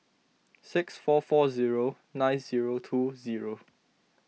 six four four zero nine zero two zero